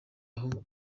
aho